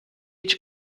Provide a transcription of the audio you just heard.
age